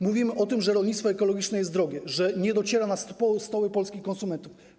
Mówimy o tym, że rolnictwo ekologiczne jest drogie, że produkty nie docierają na stoły polskich konsumentów.